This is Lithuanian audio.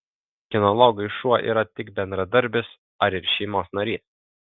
kinologui šuo yra tik bendradarbis ar ir šeimos narys